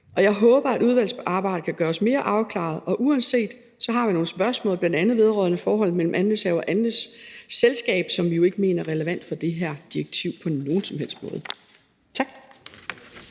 jeg håber, at udvalgsarbejdet kan gøre os mere afklarede, og uanset hvad, har vi nogle spørgsmål, bl.a. vedrørende forholdet mellem andelshavere og andelsselskaber, som vi jo ikke mener er relevant for det her direktiv på nogen som helst måde. Tak.